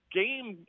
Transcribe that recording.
game